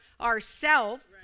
ourself